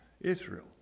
Israel